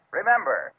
Remember